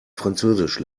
französisch